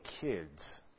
kids